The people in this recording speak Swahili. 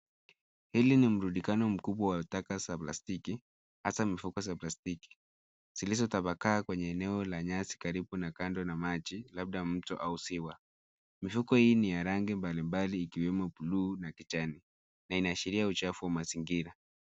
Hili ni mrudikano mkubwa wa taka za plastiki, hasaa mifuko za plastiki. Zilizotapaka kwenye eneo la nyasi karibu na kando na maji, labda mto au ziwa. Mifuko hii ni ya rangi mbalimbali ikiwemo buluu na kijani na inaashiria uchafu wa mazingira.